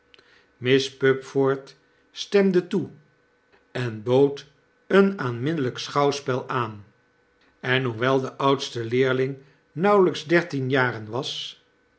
miss pupford stemde toe en bood een aanminnelyk schouwspel aan en hoewel de oudste leerling nauwelijks dertien jaren was